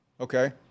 Okay